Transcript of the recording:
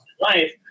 life